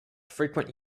frequent